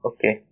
Okay